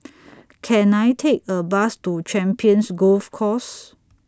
Can I Take A Bus to Champions Golf Course